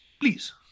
please